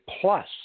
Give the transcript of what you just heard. plus